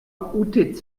utz